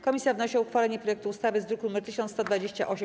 Komisja wnosi o uchwalenie projektu ustawy z druku nr 1128.